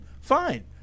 fine